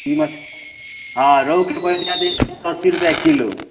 ई मछ हँ रौहूके पड़ि जायत जे एक सए अस्सी रुपैआ किलो